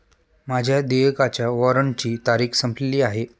माझ्या देयकाच्या वॉरंटची तारीख संपलेली आहे